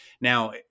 Now